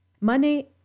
Money